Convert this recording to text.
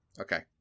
Okay